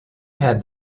had